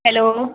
hello